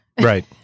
Right